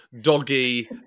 doggy